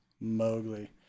Mowgli